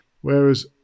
Whereas